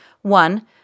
One